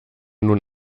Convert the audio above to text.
nun